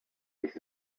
this